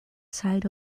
side